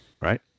Right